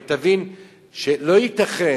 אבל תבין שלא ייתכן,